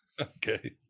okay